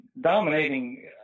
Dominating